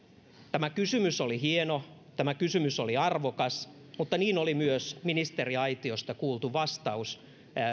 tämä kysymys oli hieno ja tämä kysymys oli arvokas mutta niin oli myös ministeriaitiosta kuultu vastaus